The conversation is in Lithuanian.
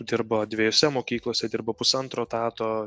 dirba dviejose mokyklose dirba pusantro etato